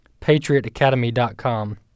patriotacademy.com